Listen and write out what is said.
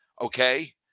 Okay